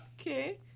Okay